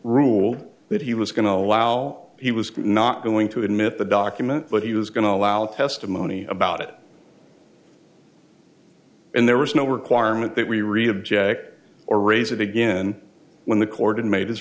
rule that he was going to allow he was not going to admit the document but he was going to allow testimony about it and there was no requirement that we really object or raise it again when the cord